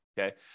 Okay